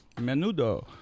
Menudo